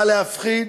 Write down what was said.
בא להפחיד,